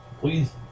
please